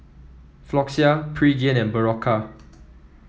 Floxia Pregain and Berocca